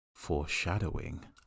foreshadowing